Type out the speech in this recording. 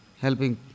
helping